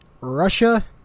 Russia